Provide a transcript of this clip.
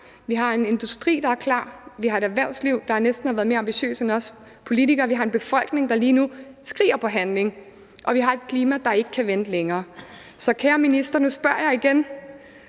Vi har en industri, der er klar. Vi har et erhvervsliv, der næsten har været mere ambitiøse end os politikere. Vi har en befolkning, der lige nu skriger på handling. Og vi har et klima, der ikke kan vente længere. Så kære minister, nu spørger jeg igen: